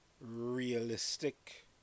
realistic